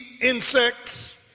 insects